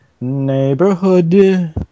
neighborhood